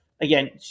again